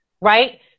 right